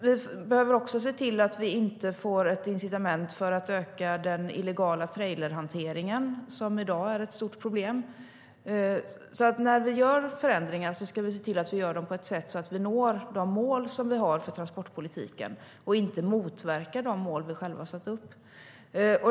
Vi behöver också se till att vi inte får ett incitament för att öka den illegala trailerhanteringen som i dag är ett stort problem. När vi gör förändringar ska vi se till att vi gör dem på ett sätt så att vi når de mål vi har för transportpolitiken och inte motverkar de mål vi själva satt upp.